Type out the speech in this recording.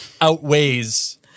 outweighs